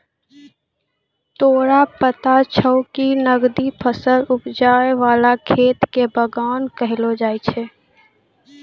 तोरा पता छौं कि नकदी फसल उपजाय वाला खेत कॅ बागान कहलो जाय छै